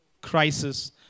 crisis